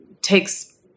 takes